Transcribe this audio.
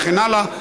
וכן הלאה.